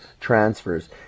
transfers